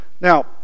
Now